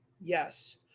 Yes